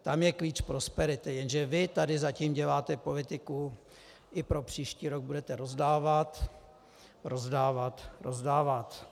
Tam je klíč prosperity, jenže vy tady zatím děláte politiku i pro příští rok budete rozdávat, rozdávat, rozdávat.